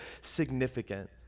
significant